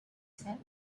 said